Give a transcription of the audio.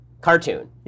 cartoon